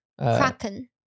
Kraken